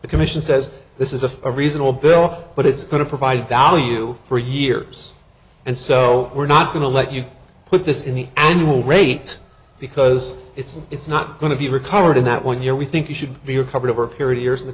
the commission says this is a reasonable bill but it's going to provide value for years and so we're not going to let you put this in the annual rate because it's it's not going to be recovered in that one year we think you should be you're covered over a period of years in the